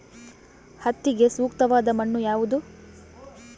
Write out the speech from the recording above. ಹತ್ತಿಗೆ ಸೂಕ್ತವಾದ ಮಣ್ಣು ಯಾವುದು?